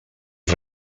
ets